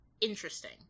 Interesting